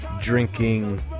drinking